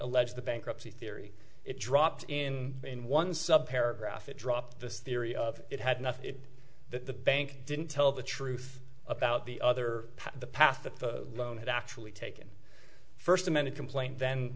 alleges the bankruptcy theory it dropped in in one sub hair graph it dropped this theory of it had enough that the bank didn't tell the truth about the other the path that the loan had actually taken first amended complaint then